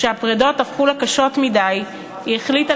כשהפרידות הפכו לה קשות מדי היא החליטה,